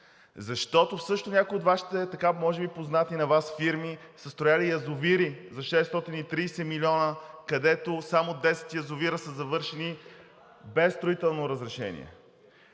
също от някои от Вашите, може би познати на Вас фирми, са строили язовири за 630 милиона, където само 10 язовира са завършени, без строително разрешение.